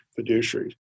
fiduciaries